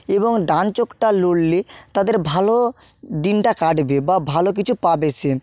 এবং ডান চোখটা নড়লে তাদের ভালো দিনটা কাটবে বা ভালো কিছু পাবে সে